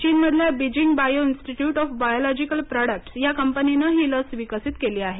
चीनमधल्या Beijing bio institute of biological products या कंपनीनं ही लस विकसीत केली आहे